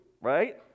right